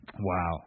Wow